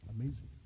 Amazing